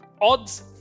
odds